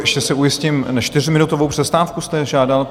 Ještě se ujistím, čtyřminutovou přestávku jste žádal?